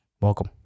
Welcome